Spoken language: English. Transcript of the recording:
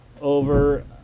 over